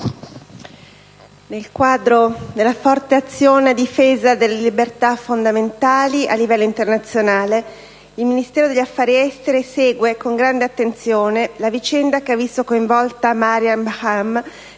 nel quadro della forte azione a difesa delle libertà fondamentali a livello internazionale, il Ministero degli affari esteri segue con grande attenzione la vicenda che ha visto coinvolta Maryam Bahrman,